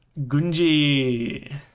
Gunji